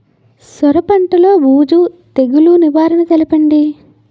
సొర పంటలో బూజు తెగులు నివారణ తెలపండి?